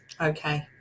okay